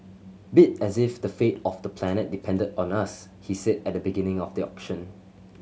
bid as if the fate of the planet depended on us he said at the beginning of the auction